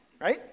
right